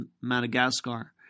madagascar